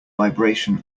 vibration